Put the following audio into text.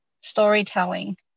storytelling